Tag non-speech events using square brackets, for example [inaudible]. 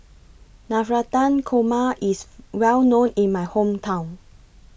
Navratan Korma IS [noise] Well known in My Hometown